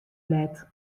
let